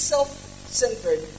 Self-centered